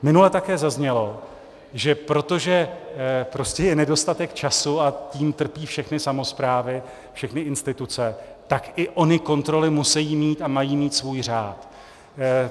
Minule také zaznělo, že protože je prostě nedostatek času, a tím trpí všechny samosprávy, všechny instituce, tak i ony kontroly musejí mít a mají mít svůj řád.